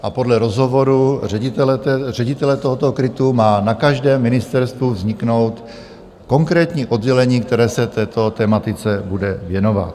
A podle rozhovoru ředitele, ředitele tohoto KRITu, má na každém ministerstvu vzniknout konkrétní oddělení, které se této tematice bude věnovat.